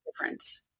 difference